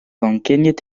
ankeniet